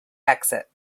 exit